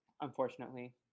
unfortunately